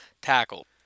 tackle